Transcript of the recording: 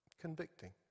convicting